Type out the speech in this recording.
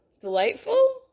delightful